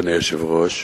אדוני היושב-ראש,